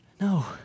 no